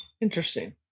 Interesting